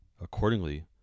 accordingly